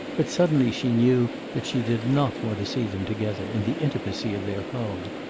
but suddenly she knew that she did not want to see them together, in the intimacy of their home.